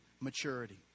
maturity